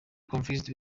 confused